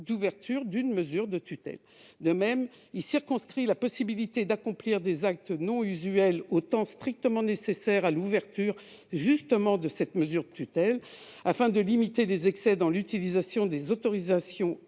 d'ouverture d'une mesure de tutelle. De même, il tend à circonscrire la possibilité d'accomplir des actes non usuels au temps strictement nécessaire à l'ouverture de cette mesure de tutelle, afin de limiter les excès dans l'utilisation des autorisations